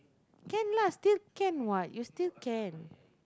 can lah still can what you still can